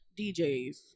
djs